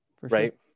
right